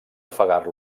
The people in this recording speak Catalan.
ofegar